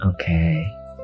okay